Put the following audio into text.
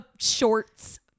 Shorts